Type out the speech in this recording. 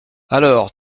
alors